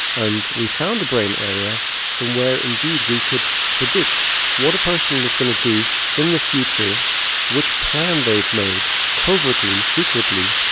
and we found a brain area from where indeed we could predict what a person was going to do in the future which plan they'd made, covertly, secretly,